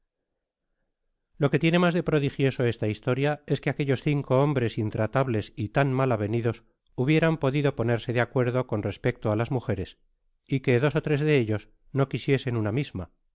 lo que tienamas de prodigioso esta historia es que aquellos cinco hombres intratables y tan mal avenidos hubiesen podido ponerse de acuedo con respecto á las mujeres y que dos ó tres de ellos no quisiesen una misma